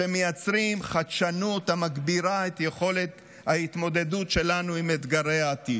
שמייצרים חדשנות המגבירה את יכולת ההתמודדות שלנו עם אתגרי העתיד.